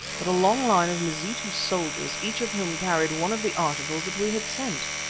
but a long line of mazitu soldiers each of whom carried one of the articles that we had sent.